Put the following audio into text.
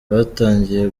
batangiye